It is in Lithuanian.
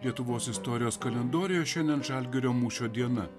lietuvos istorijos kalendoriuje šiandien žalgirio mūšio diena